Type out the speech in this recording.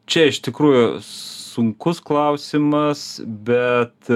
čia iš tikrųjų sunkus klausimas bet